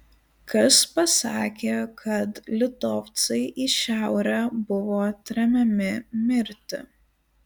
kas pasakė kad litovcai į šiaurę buvo tremiami mirti